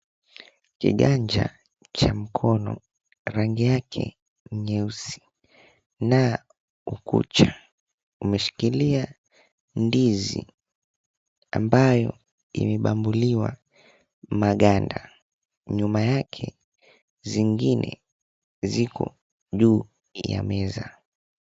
Kiganja cha mkono rangi yake nyeusi na ukucha umeshikilia ndizi ambayo imebambuliwa maganda, nyuma yake zingine ziko juu ya meza.